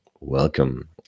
Welcome